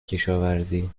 کشاورزی